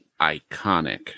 iconic